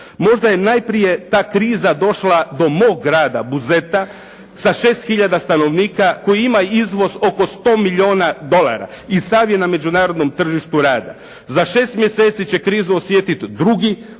Možda je najprije ta kriza došla do mog grada Buzeta sa 6 hiljada stanovnika koji ima izvoz oko 100 milijuna dolara i sad je na Međunarodnom tržištu rada. Za 6 mjeseci će krizu osjetiti drugi